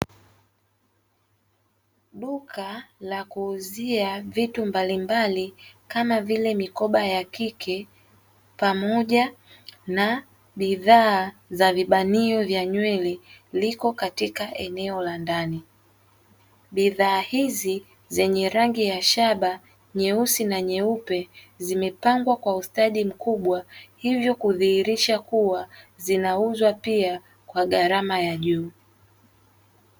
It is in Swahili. Duka la kuuzia vitu mbalimbali kama vile mikoba ya kike pamoja na bidhaa za vibanio vya nywele, liko katika eneo la ndani. Bidhaa hizi zenye rangi ya shaba nyeusi na nyeupe zimepangwa kwa ustadi mkubwa, hivyo kudhihirisha kuwa zinauzwa pia kwa gharama ya juu.